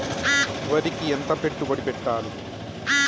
వరికి ఎంత పెట్టుబడి పెట్టాలి?